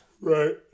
Right